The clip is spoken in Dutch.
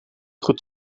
goed